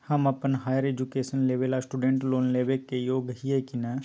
हम अप्पन higher education लेबे ला स्टूडेंट लोन लेबे के योग्य हियै की नय?